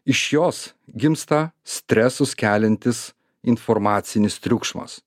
iš jos gimsta stresus keliantis informacinis triukšmas